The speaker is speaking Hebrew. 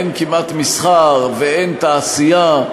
אין כמעט מסחר ואין תעשייה,